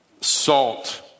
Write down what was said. Salt